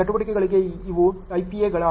ಚಟುವಟಿಕೆಗಳಿಗೆ ಇವು IPAಗಳಾಗಿವೆ